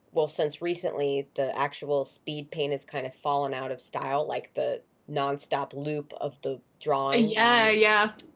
well since recently the actual speed paint has kind of fallen out of style like the nonstop loop of the drawing. yeah. yeah.